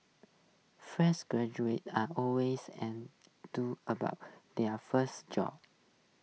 fresh graduates are always about their first job